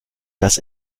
das